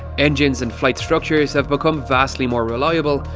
engines and flight structures have become vastly more reliable,